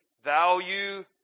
value